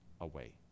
away